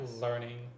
learning